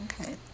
Okay